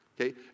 okay